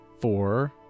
four